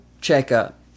checkup